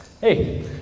hey